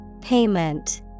Payment